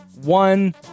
one